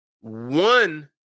one